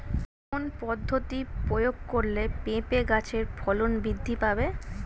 কোন পদ্ধতি প্রয়োগ করলে পেঁপে গাছের ফলন বৃদ্ধি পাবে?